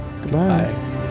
Goodbye